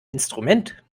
instrument